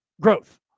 growth